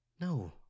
No